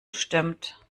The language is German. stimmt